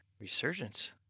resurgence